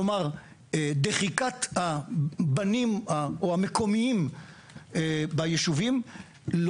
כלומר דחיקת הבנים או המקומיים ביישובים,